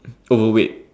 oh wait